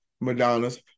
Madonna's